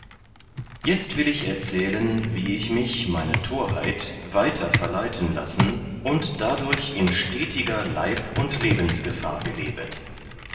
jetzt will ich erzählen wie ich mich meine torheit weiter verleiten lassen und dadurch in stetiger leib uud lebensgefahr gelebet